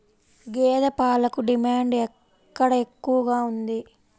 గేదె పాలకు డిమాండ్ ఎక్కడ ఎక్కువగా ఉంది?